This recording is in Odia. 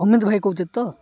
ଅମିତ ଭାଇ କହୁଛନ୍ତି ତ